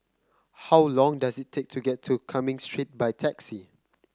how long does it take to get to Cumming Street by taxi